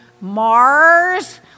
Mars